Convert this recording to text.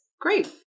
Great